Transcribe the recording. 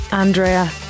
Andrea